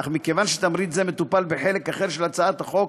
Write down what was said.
אך מכיוון שתמריץ זה מטופל בחלק אחר של הצעת החוק,